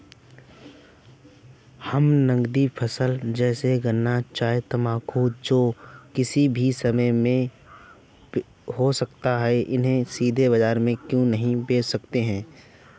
हम नगदी फसल जैसे गन्ना चाय तंबाकू जो किसी भी समय में हो सकते हैं उन्हें सीधा बाजार में क्यो नहीं बेच सकते हैं?